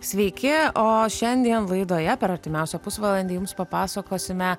sveiki o šiandien laidoje per artimiausią pusvalandį jums papasakosime